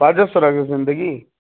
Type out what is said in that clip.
خواجہ سرا کی زندگی